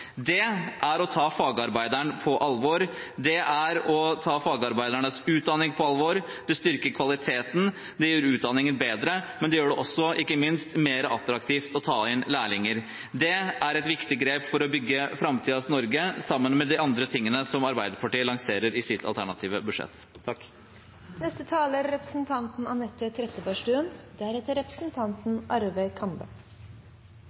Det er å ta fagarbeideren på alvor. Det er å ta fagarbeidernes utdanning på alvor. Det styrker kvaliteten, det gjør utdanningen bedre, men det gjør det ikke minst mer attraktivt å ta inn lærlinger. Det er et viktig grep for å bygge framtidens Norge, sammen med de andre tingene som Arbeiderpartiet lanserer i sitt alternative budsjett. Representanten Heggelund påstår at Arbeiderpartiet har forlatt arbeidslinjen. Hans argument for det er